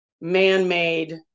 man-made